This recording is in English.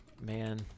man